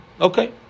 Okay